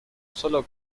sólo